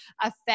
affect